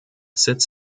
sitz